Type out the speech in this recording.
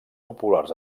populars